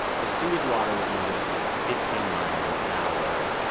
the sewage water was moving at, like, fifteen miles an hour.